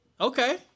okay